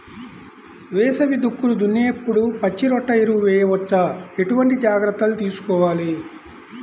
వేసవి దుక్కులు దున్నేప్పుడు పచ్చిరొట్ట ఎరువు వేయవచ్చా? ఎటువంటి జాగ్రత్తలు తీసుకోవాలి?